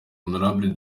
hon